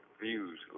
views